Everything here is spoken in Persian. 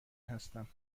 هستم